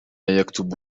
يكتب